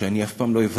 שאני אף פעם לא אוותר.